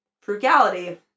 frugality